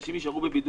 אנשים יישארו בבידוד.